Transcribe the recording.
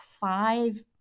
five